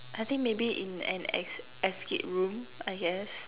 I think maybe in an es~ escape room I guess